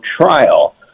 trial